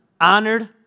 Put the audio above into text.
Honored